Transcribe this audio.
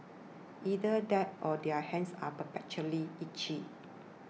either that or their hands are perpetually itchy